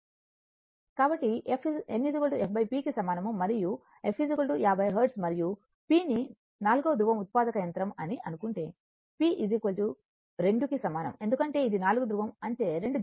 కాబట్టి n f p కి సమానం మరియు f 50 హెర్ట్జ్ మరియు p ని 4 ధృవం ఉత్పాదక యంత్రం అని అనుకుంటే p 2 కి సమానం ఎందుకంటే ఇది నాలుగు ధృవం అంటే 2 జతలు